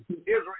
Israel